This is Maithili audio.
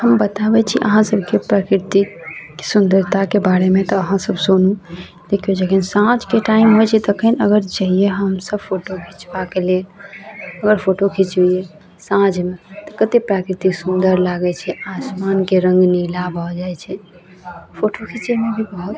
हम बताबै छी अहाँ सब के प्रकृतिक सुन्दरताके बारेमे तऽ अहाँ सब सुनू एक जगह साँझके टाइम होइ छै तखनि अगर जैयै हम सब फोटो खिचबाक लेल अगर फोटो खीचेलियै साँझमे तऽ कत्तेक प्राकृति सुन्दर लागैत छै आसमानके रङ्ग नीला भऽ जाइत छै फोटो खीचैमे भी बहुत